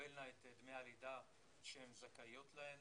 תקבלנה את דמי הלידה שהן זכאיות להן